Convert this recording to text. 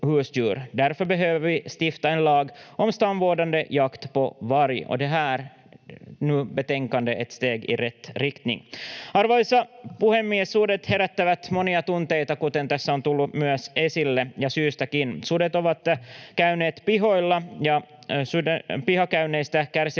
Arvoisa puhemies! Sudet herättävät monia tunteita, kuten myös tässä on tullut esille, ja syystäkin. Sudet ovat käyneet pihoilla, ja pihakäynneistä kärsivät